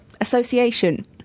Association